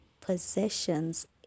possessions